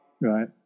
Right